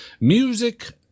Music